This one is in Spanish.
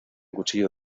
cuchillo